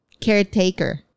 caretaker